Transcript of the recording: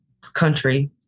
Country